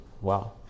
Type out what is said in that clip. Wow